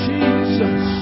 Jesus